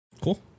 Cool